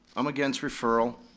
i'm against referral.